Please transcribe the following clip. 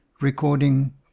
Recording